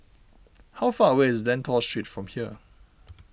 how far away is Lentor Street from here